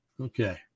Okay